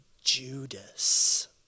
Judas